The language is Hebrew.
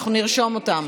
אנחנו נרשום אותם.